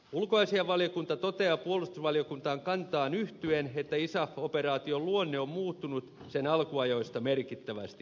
ulkoasiainvaliokunta toteaa puolustusvaliokunnan kantaan yhtyen että isaf operaation luonne on muuttunut sen alkuajoista merkittävästi